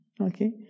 Okay